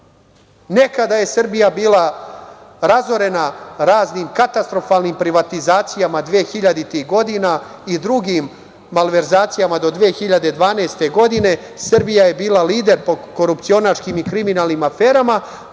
Nekada je Srbija bila razorena raznim katastrofalnim privatizacijama 2000. godina i drugim malverzacijama do 2012. godine, Srbija je bila lider po korupcionaškim i kriminalnim aferama.